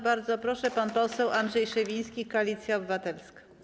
Bardzo proszę, pan poseł Andrzej Szewiński, Koalicja Obywatelska.